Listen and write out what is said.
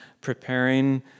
preparing